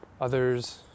Others